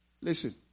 Listen